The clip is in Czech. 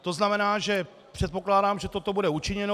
To znamená, že předpokládám, že toto bude učiněno.